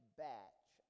batch